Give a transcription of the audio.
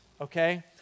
okay